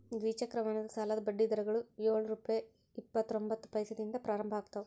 ದ್ವಿಚಕ್ರ ವಾಹನದ ಸಾಲದ ಬಡ್ಡಿ ದರಗಳು ಯೊಳ್ ರುಪೆ ಇಪ್ಪತ್ತರೊಬಂತ್ತ ಪೈಸೆದಿಂದ ಪ್ರಾರಂಭ ಆಗ್ತಾವ